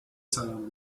سرم